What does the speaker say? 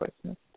Christmas